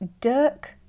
Dirk